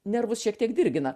nervus šiek tiek dirgina